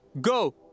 Go